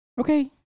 Okay